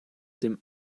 dem